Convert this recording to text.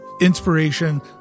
inspiration